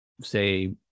say